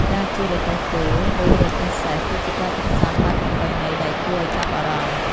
ការជិះរទេះគោ ឬរទេះសេះ គឺជាការកម្សាន្តបែបប្រពៃណីដែលគួរឱ្យចាប់អារម្មណ៍។